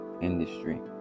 industry